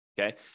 okay